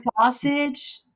sausage